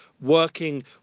working